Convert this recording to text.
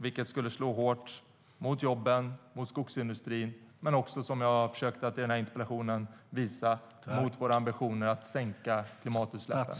Det skulle slå hårt mot jobben, mot skogsindustrin men också, som jag har försökt visa i interpellationsdebatten, mot våra ambitioner att sänka klimatutsläppen.